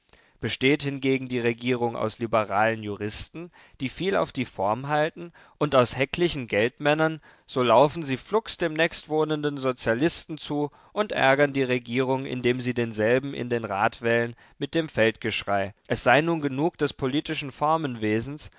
besteht hingegen die regierung aus liberalen juristen die viel auf die form halten und aus häcklichen geldmännern so laufen sie flugs dem nächstwohnenden sozialisten zu und ärgern die regierung indem sie denselben in den rat wählen mit dem feldgeschrei es sei nun genug des politischen